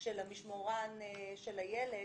של המשמורן של הילד,